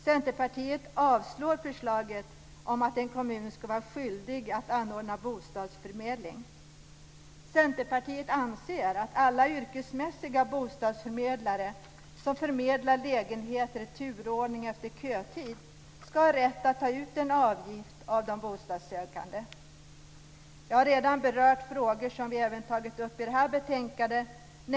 · Centerpartiet yrkar avslag på förslaget om att en kommun ska vara skyldig att anordna bostadsförmedling. · Centerpartiet anser att alla yrkesmässiga bostadsförmedlare som förmedlar lägenheter i turordning efter kötid ska ha rätt att ta ut en avgift av de bostadssökande. Jag har redan berört frågor som även tagits upp i det här betänkandet.